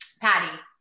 Patty